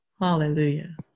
Hallelujah